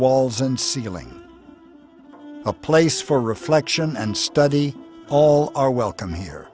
walls and ceiling a place for reflection and study all are welcome here